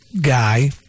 guy